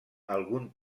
algun